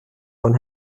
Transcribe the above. von